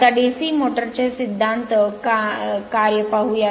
आता DC motor चे सिद्धांत कार्य पाहूया